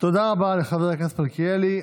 תודה רבה לחבר הכנסת מלכיאלי.